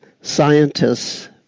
scientists